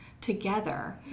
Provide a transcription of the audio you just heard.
together